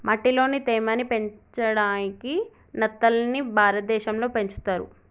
మట్టిలోని తేమ ని పెంచడాయికి నత్తలని భారతదేశం లో పెంచుతర్